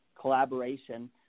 collaboration